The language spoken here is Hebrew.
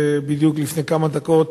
שבדיוק לפני כמה דקות